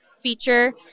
feature